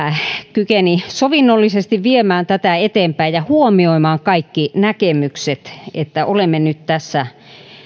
kykeni niin sovinnollisesti viemään tätä eteenpäin ja huomioimaan kaikki näkemykset niin että olemme nyt tässä